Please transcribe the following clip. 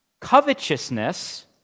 covetousness